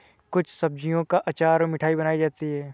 कुछ सब्जियों का अचार और मिठाई बनाई जाती है